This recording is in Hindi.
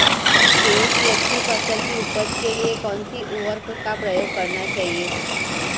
गेहूँ की अच्छी फसल की उपज के लिए कौनसी उर्वरक का प्रयोग करना चाहिए?